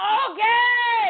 okay